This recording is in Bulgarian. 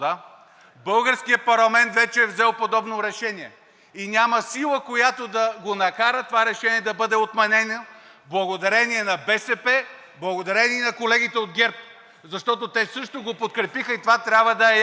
българският парламент вече е взел подобно решение и няма сила, която да го накара това решение да бъде отменено, благодарение на БСП, благодарение и на колегите от ГЕРБ, защото те също го подкрепиха и това трябва да е ясно.